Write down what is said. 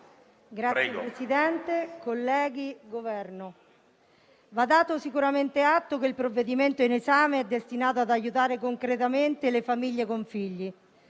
Signor Presidente, colleghi, Governo, va dato sicuramente atto che il provvedimento in esame è destinato ad aiutare concretamente le famiglie con figli.